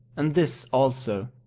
and this also,